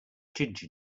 ginger